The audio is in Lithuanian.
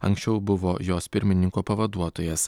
anksčiau buvo jos pirmininko pavaduotojas